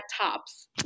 tops